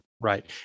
right